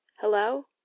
Hello